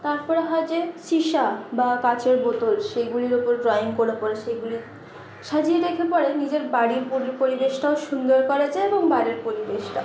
তারপরে হয় যে সিসা বা কাচের বোতল সেইগুলির ওপর ড্রইং করে করে সেইগুলি সাজিয়ে রেখে পরে নিজের বাড়ির পরি পরিবেশটাও সুন্দর করা যায় এবং বাইরের পরিবেশটাও